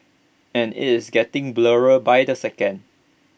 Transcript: and IT is getting blurrier by the second